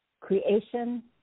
Creation